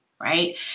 right